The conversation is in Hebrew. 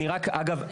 אגב,